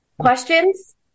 questions